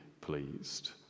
pleased